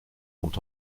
sont